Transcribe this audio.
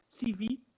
CV